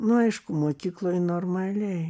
nu aišku mokykloj normaliai